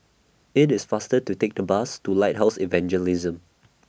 IT IS faster to Take The Bus to Lighthouse Evangelism